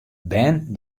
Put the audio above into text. bern